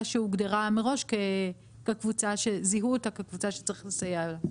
שהוגדרה מראש כקבוצה שזיהו אותה כקבוצה שצריך לסייע לה.